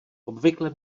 obvykle